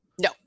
No